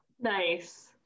Nice